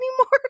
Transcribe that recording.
anymore